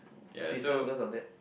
different because of that